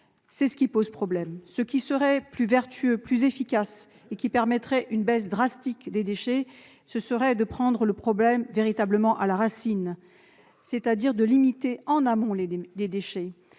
C'est ce qui pose problème. Ce qui serait plus vertueux, plus efficace et permettrait une baisse drastique des déchets serait de prendre le problème véritablement à la racine, c'est-à-dire de limiter en amont les déchets,